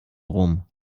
rum